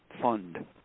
fund